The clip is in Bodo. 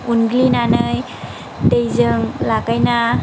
उनग्लिनानै दैजों लागायना